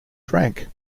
drank